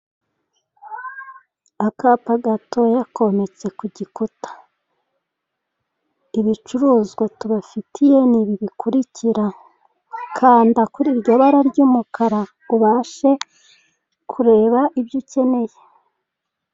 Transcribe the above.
Akapa gatoya ko metse ku gikuta. Ibicuruzwa tubafitiye ni ibi bikurikira: kanda kuri iryo bara ry'umukara ubashe kureba ibyo ukeneye.